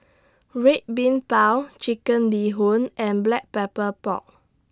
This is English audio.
Red Bean Bao Chicken Bee Hoon and Black Pepper Pork